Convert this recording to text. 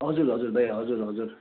हजुर हजुर भाइ हजुर हजुर